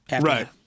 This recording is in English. Right